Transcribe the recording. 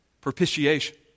Propitiation